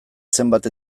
zenbat